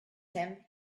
him